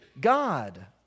God